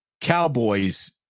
Cowboys